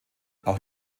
auch